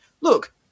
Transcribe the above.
look